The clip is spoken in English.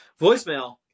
voicemail